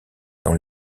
dans